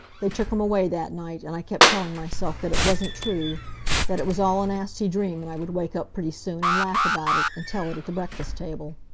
they took him away that night, and i kept telling myself that it wasn't true that it was all a nasty dream, and i would wake up pretty soon, and laugh about it, and tell it at the breakfast table.